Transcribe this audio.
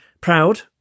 Proud